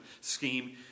scheme